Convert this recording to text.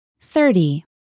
Thirty